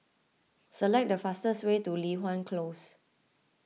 select the fastest way to Li Hwan Close